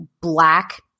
black